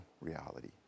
reality